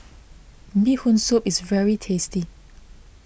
Bee Hoon Soup is very tasty